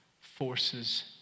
forces